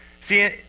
See